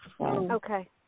Okay